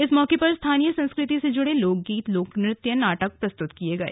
इस मौके पर स्थानीय संस्कृति से जुड़े लोक गीत लोक नृत्य और नाटक प्रस्तुत किए गए